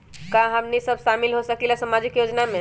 का हमनी साब शामिल होसकीला सामाजिक योजना मे?